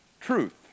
truth